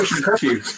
curfew